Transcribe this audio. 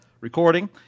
recording